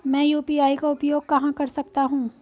मैं यू.पी.आई का उपयोग कहां कर सकता हूं?